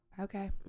Okay